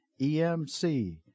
EMC